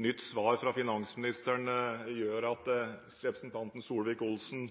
nytt svar fra finansministeren gjør at representanten